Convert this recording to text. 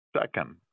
Second